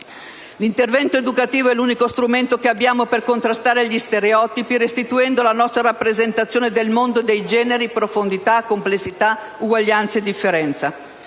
L'intervento educativo è l'unico strumento che abbiamo per contrastare gli stereotipi restituendo alla nostra rappresentazione del mondo e dei generi profondità e complessità, uguaglianza e differenza.